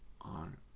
on